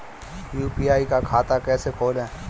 UPI का खाता कैसे खोलें?